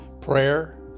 prayer